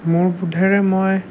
মোৰ বোধেৰে মই